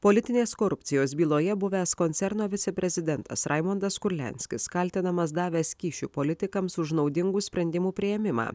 politinės korupcijos byloje buvęs koncerno viceprezidentas raimundas kurlianskis kaltinamas davęs kyšių politikams už naudingų sprendimų priėmimą